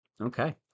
Okay